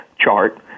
chart